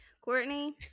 courtney